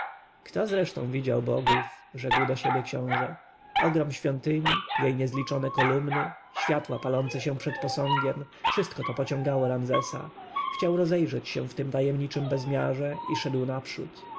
kto zresztą widział bogów rzekł do siebie książę ogrom świątyni jej niezliczone kolumny światła palące się przed posągiem wszystko to pociągało ramzesa chciał rozejrzeć się w tym tajemniczym bezmiarze i poszedł naprzód